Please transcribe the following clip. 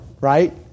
right